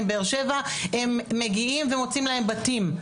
באר שבע הם מגיעים ומוצאים להם בתים.